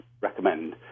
recommend